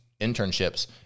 internships